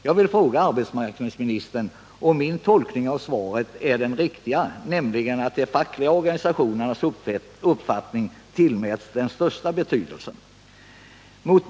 Jag vill fråga arbetsmarknadsministern, om min tolkning av svaret är den riktiga, nämligen att de fackliga organisationernas uppfattning tillmäts den största betydelsen.